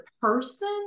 person